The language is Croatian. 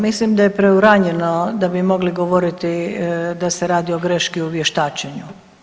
Mislim da je preuranjeno da bi mogli govoriti da se govori o greški u vještačenju.